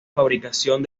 fabricación